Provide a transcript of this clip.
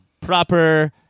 proper